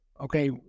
okay